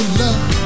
love